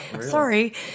Sorry